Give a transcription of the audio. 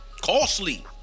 Costly